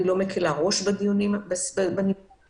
אני לא מקלה ראש ב ---, מדובר בנימוקים